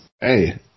Hey